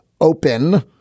open